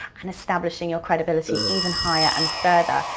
and establishing your credibility even higher and further,